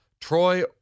Troy